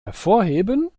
hervorheben